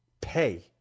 pay